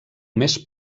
més